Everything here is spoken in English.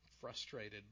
frustrated